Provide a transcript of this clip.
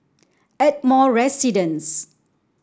Ardmore Residence